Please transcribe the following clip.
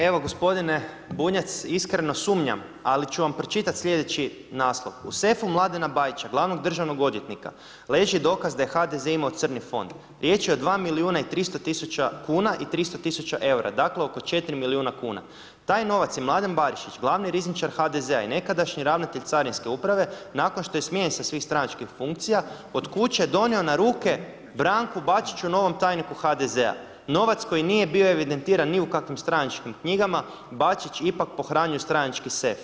Evo, gospodine Bunjac iskreno sumnjam, ali ću vam pročitati slijedeći naslov „U sefu Mladena Bajića glavnog državnog odvjetnika leži dokaz da je HDZ imao crni fond, riječ je o 2.300.000 kuna i 300.000 EUR-a dakle oko 4.000.000 kuna taj novac je Mladen Barišić glavni rizničar HDZ-a i nekadašnji ravnatelj Carinske uprave nakon što je smijenjen sa svih stranačkih funkcija od kuće donio na ruke Branku Bačiću novom tajniku HDZ-a, novac koji nije bio evidentiran ni u kakvim stranačkim knjigama Bačić ipak pohranjuje u stranački sef.